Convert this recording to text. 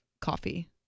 coffee